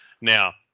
Now